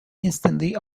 instantly